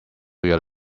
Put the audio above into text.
your